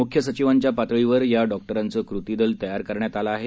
मुख्य सचिवांच्या पातळीवर या डॉक्टरांचं कृती दल तयार करण्यात आलं आहे